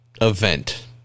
event